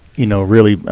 you know, really,